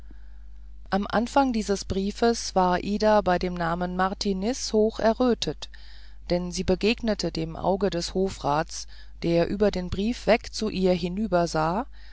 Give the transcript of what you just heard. im anfang dieses brief es war ida bei dem namen martiniz hoch errötet denn sie begegnete dem auge des hofrats der über den brief weg zu ihr hinüber sah